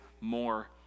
more